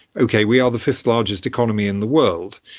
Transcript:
okay, we are the fifth largest economy in the world,